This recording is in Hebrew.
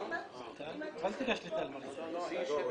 שלום לכולם, בתחילת